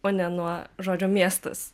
o ne nuo žodžio miestas